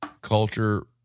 culture